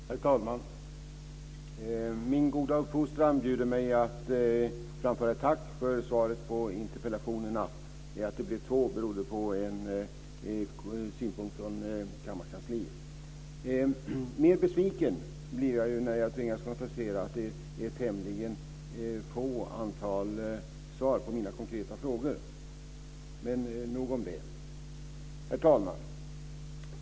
Herr talman! Min goda uppfostran bjuder mig att framföra ett tack för svaret på interpellationerna. Att det blev två interpellationer beror på en synpunkt från kammarkansliet. Mer besviken blir jag när jag tvingas konstatera att det är få svar på mina konkreta frågor. Nog om det. Herr talman!